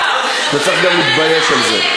אתה צריך להתבייש גם על זה.